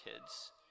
kids